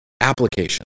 Application